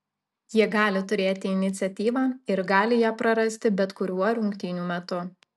jie gali turėti iniciatyvą ir gali ją prarasti bet kuriuo rungtynių metu